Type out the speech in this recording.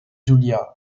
zulia